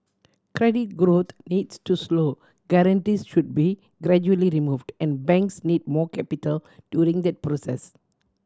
credit growth needs to slow guarantees should be gradually removed and banks need more capital during that process